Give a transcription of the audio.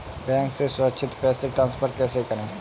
Bank से सुरक्षित पैसे ट्रांसफर कैसे करें?